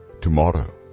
tomorrow